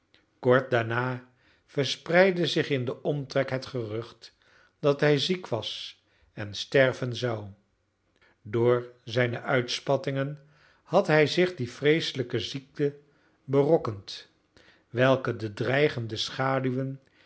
kort daarna verspreidde zich in den omtrek het gerucht dat hij ziek was en sterven zou door zijne uitspattingen had hij zich die vreeselijke ziekte berokkend welke de dreigende schaduwen